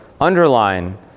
underline